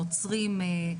נוצרים,